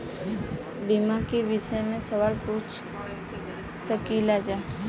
बीमा के विषय मे सवाल पूछ सकीलाजा?